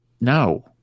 no